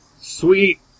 sweet